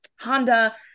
Honda